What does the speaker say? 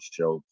Show